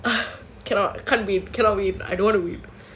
ugh cannot can't be cannot be I don't want to be